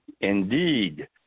indeed